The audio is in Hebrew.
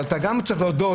אבל אתה גם צריך להודות